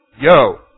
yo